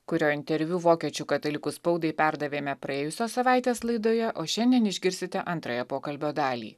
kurio interviu vokiečių katalikų spaudai perdavėme praėjusios savaitės laidoje o šiandien išgirsite antrąją pokalbio dalį